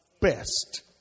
best